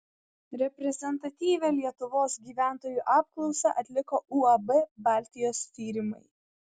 reprezentatyvią lietuvos gyventojų apklausą atliko uab baltijos tyrimai